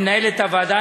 למנהלת הוועדה,